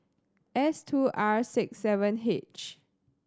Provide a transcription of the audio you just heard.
S two R six seven H